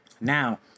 now